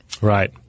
Right